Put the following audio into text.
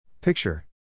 Picture